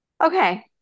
okay